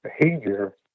behavior